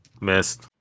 Missed